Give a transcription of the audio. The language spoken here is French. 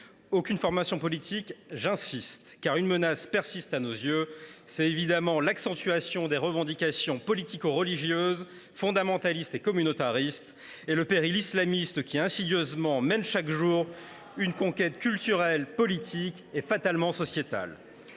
aucune formation politique – j’y insiste – ne menace ce droit, une autre menace persiste à nos yeux : il s’agit évidemment de l’accentuation des revendications politico religieuses, fondamentalistes et communautaristes et du péril islamiste, qui, insidieusement, mène chaque jour une conquête culturelle, politique et fatalement sociétale.